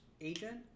agent